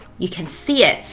you can see it.